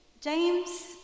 James